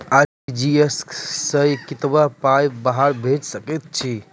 RTGS सअ कतबा पाय बाहर भेज सकैत छी?